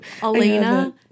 Elena